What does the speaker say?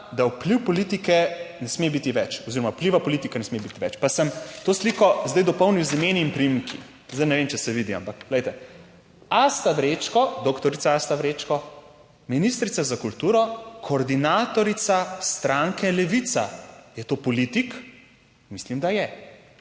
da vpliv politike ne sme biti več oziroma vpliva politike ne sme biti več, pa sem to sliko zdaj dopolnil z imeni in priimki. Zdaj ne vem, če se vidi, ampak glejte, Asta Vrečko, ministrica za kulturo koordinatorica stranke Levica, je to politik? Mislim, da je